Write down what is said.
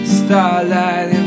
starlight